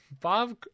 Bob